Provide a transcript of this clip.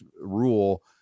rule